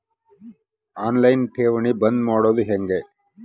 On line ಠೇವಣಿ ಬಂದ್ ಮಾಡೋದು ಹೆಂಗೆ?